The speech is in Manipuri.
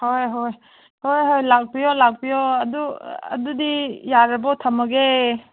ꯍꯣꯏ ꯍꯣꯏ ꯍꯣꯏ ꯍꯣꯏ ꯂꯥꯛꯄꯤꯌꯣ ꯂꯥꯛꯄꯤꯌꯣ ꯑꯗꯨ ꯑꯗꯨꯗꯤ ꯌꯥꯔꯕꯣ ꯊꯝꯂꯒꯦ